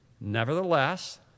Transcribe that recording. Nevertheless